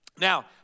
Now